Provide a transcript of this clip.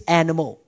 animal